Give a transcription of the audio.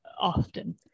often